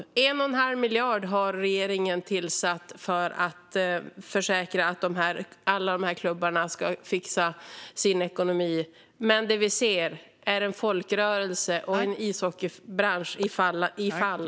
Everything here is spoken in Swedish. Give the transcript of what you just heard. Regeringen har tillskjutit 1 1⁄2 miljard för att försäkra sig om att alla klubbar ska klara sin ekonomi, men vi ser en folkrörelse och en ishockeybransch i fritt fall.